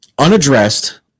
Unaddressed